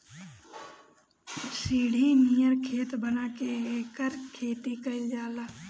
सीढ़ी नियर खेत बना के एकर खेती कइल जाला